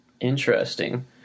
interesting